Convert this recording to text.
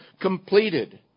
completed